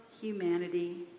humanity